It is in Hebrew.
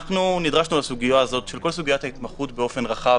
נדרשנו לסוגיה הזאת, כל סוגיית ההתמחות באופן רחב.